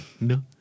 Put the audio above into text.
No